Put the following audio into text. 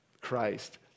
Christ